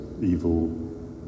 evil